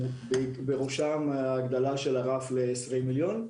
בראשם הגדלת הרף ל-20 מיליוני שקלים.